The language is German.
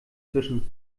zwischen